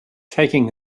taking